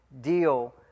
deal